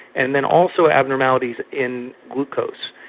and then also abnormalities in glucose,